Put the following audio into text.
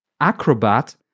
Acrobat